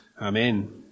Amen